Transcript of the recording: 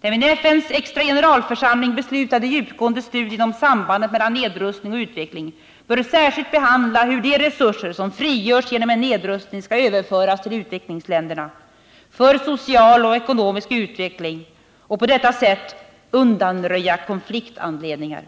Den vid FN:s extra generalförsamling beslutade djupgående studien om sambandet mellan nedrustning och utveckling bör särskilt behandla frågan hur de resurser som frigörs genom en nedrustning skall överföras till utvecklingsländerna för social och ekonomisk utveckling där och på detta sätt undanröja konfliktanledningar.